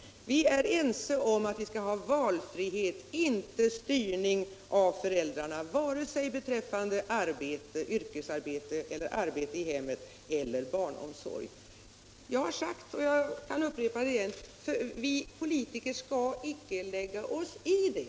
Vi är ense om att vi skall ha valfrihet, inte styrning av föräldrarna, vare sig beträffande yrkesarbete, arbete i hemmet eller barnomsorg. Jag har sagt och jag upprepar det: Vi politiker skall icke lägga oss i det.